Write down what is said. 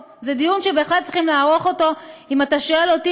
אם אתה שואל אותי,